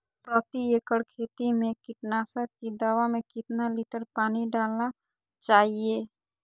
प्रति एकड़ खेती में कीटनाशक की दवा में कितना लीटर पानी डालना चाइए?